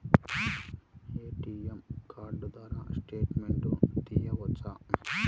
ATM card ద్వారా statement తీయవచ్చా?